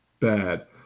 bad